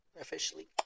officially